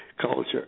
culture